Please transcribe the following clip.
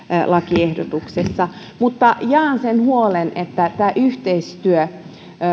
lakiehdotuksessa mutta jaan sen huolen että tämä yhteistyö